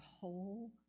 whole